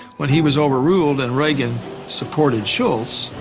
when he was overruled and reagan supported shultz,